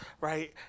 right